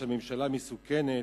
שהממשלה מסוכנת,